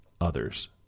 others